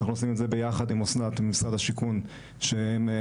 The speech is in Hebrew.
עושים זאת ביחד עם אסנת ממשרד השיכון שיש